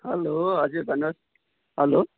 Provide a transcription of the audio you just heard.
hello हजुर भन्नुहोस् hello